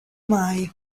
mai